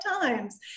times